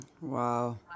Wow